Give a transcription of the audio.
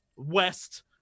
west